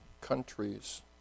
countries